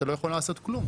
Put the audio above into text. אתה לא יכול לעשות כלום.